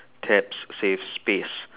tabs save space